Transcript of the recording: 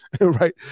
right